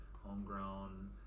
homegrown